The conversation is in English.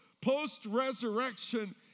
post-resurrection